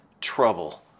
trouble